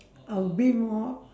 I'll be more